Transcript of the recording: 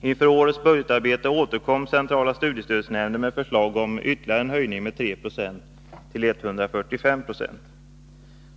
Inför årets budgetarbete återkom centrala studiestödsnämnden. med förslag om ytterligare en höjning med 3 Yo till 145 96.